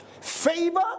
favor